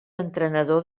entrenador